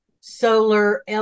solar